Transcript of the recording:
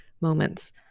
moments